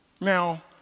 Now